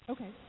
Okay